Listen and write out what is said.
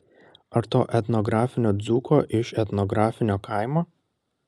ar to etnografinio dzūko iš etnografinio kaimo